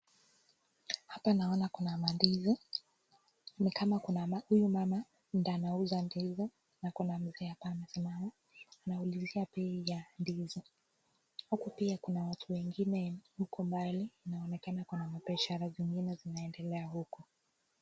Hapa naona kuna mandizi. Ni kama kuna huyu mama ndio anauza ndizi na kuna mzee hapa amesimama. Anaulizia bei ya ndizi. Huku pia kuna watu wengine huko mbali. Inaonekana kuna mabiashara zingine zinaendelea huku.